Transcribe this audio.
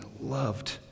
loved